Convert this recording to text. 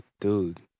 Dude